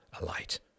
alight